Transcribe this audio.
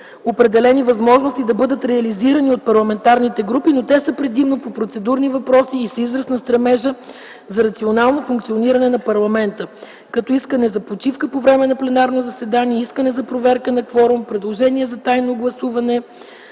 определени възможности да бъдат реализирани от парламентарните групи, но те са предимно по процедурни въпроси и са израз на стремежа за рационално функциониране на парламента, като искане за почивка по време на пленарно заседание, искане проверка на кворума, предложение за тайно гласуване,